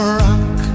rock